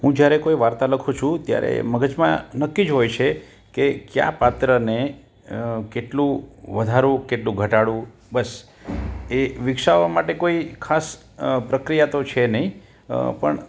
હું જ્યારે કોઈ વાર્તા લખું છું ત્યારે મગજમાં નક્કી જ હોય છે કે કયા પાત્રને કેટલું વધારવું કેટલું ઘટાડવું બસ એ વિકસાવવા માટે કોઈ ખાસ પ્રક્રિયા તો છે નહીં પણ